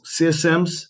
CSMs